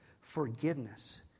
forgiveness